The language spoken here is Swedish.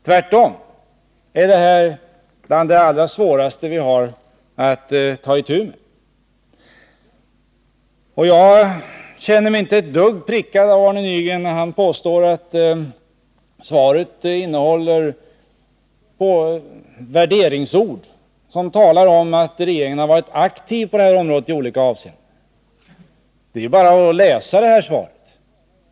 Tvärtom är detta ett av de allra svåraste problem vi har att ta itu med. Jag känner mig intet dugg prickad av Arne Nygren när han påstår att det är fråga om värderingsord när jag i svaret säger att regeringen varit aktiv på detta område. Det är bara att läsa svaret.